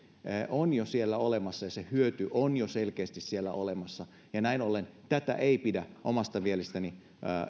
on jo siellä olemassa ja se hyöty on jo selkeästi siellä olemassa ja näin ollen tätä ei pidä omasta mielestäni